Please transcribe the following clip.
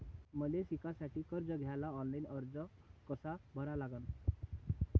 मले शिकासाठी कर्ज घ्याले ऑनलाईन अर्ज कसा भरा लागन?